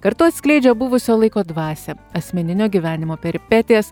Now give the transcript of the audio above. kartu atskleidžia buvusio laiko dvasią asmeninio gyvenimo peripetijas